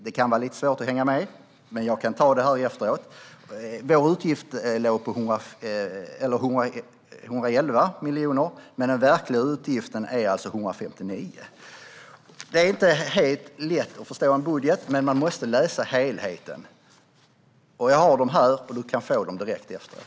Det kan vara lite svårt att hänga med, men jag kan ta det efteråt. Vår utgift låg på 111 miljoner, men den verkliga utgiften är alltså 159. Det är inte helt lätt att förstå en budget, men man måste läsa helheten. Jag har det här, och du kan få det direkt efteråt.